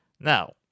Now